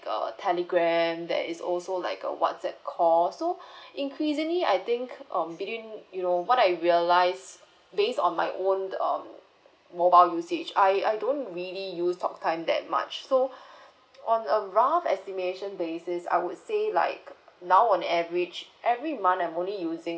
uh Telegram that is also like a WhatsApp call so increasingly I think um between you know what I realise based on my own um mobile usage I I don't really use talk time that much so on a rough estimation basis I would say like now on average every month I'm only using